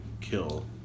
kill